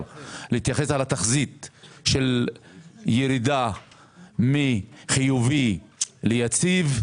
להתייחס לתחזית של ירידה מחיובי ליציב.